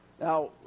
Now